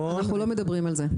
אנחנו לא מדברים על זה.